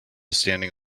standing